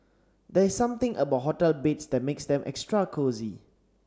there is something about hotel beds that makes them extra cosy